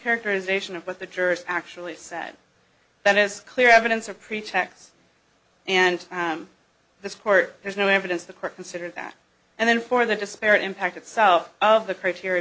characterization of what the jurors actually said that is clear evidence of pretexts and this part there's no evidence the court considered that and then for the disparate impact itself of the criteria